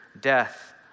death